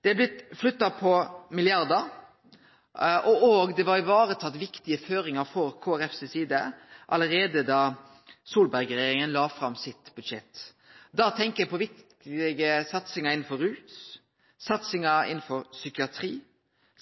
Det har blitt flytta på milliardar, og viktige føringar, sett frå Kristeleg Folkepartis side, var òg varetatte allereie da Solberg-regjeringa la fram sitt budsjett. Da tenkjer eg på viktige satsingar innanfor rus, satsingar innanfor psykiatri,